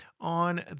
on